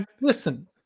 Listen